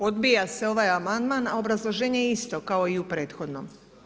Odbija se ovaj amandman, a obrazloženje je isto kao i u prethodnom.